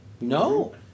No